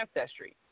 Ancestry